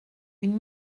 une